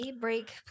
Break